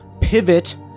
pivot